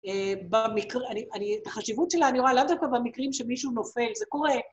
‫החשיבות שלה אני רואה לאו דווקא ‫במקרים שמישהו נופל, זה קורה.